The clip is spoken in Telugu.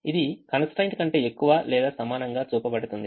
ఇది constraint కంటే ఎక్కువ లేదా సమానంగా చూపబడుతుంది